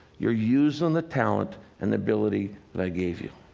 you're using the talent and ability that i gave you.